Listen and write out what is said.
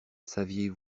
saviez